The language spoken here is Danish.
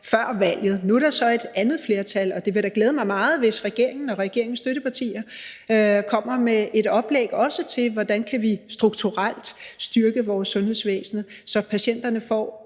før valget. Nu er der så et andet flertal, og det vil da glæde mig meget, hvis regeringen og regeringens støttepartier også kommer med et oplæg til, hvordan vi strukturelt kan styrke vores sundhedsvæsen, så patienterne får